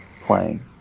playing